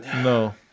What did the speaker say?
No